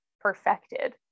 perfected